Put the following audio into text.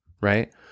right